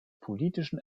politischen